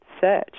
search